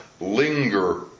linger